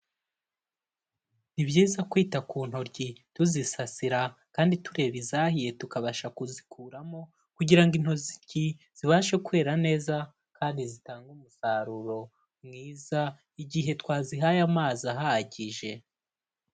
Ni byiza kwita ku ntoryi tuzisasira kandi tureba izahiye tukabasha kuzikuramo kugira ngo intoryi zibashe kwera neza kandi zitange umusaruro mwiza igihe twazihaye amazi ahagije.